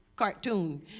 cartoon